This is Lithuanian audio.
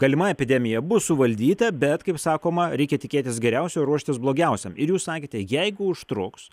galimai epidemija bus suvaldyta bet kaip sakoma reikia tikėtis geriausio ruoštis blogiausiam ir jūs sakėte jeigu užtruks